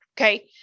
Okay